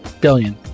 Billion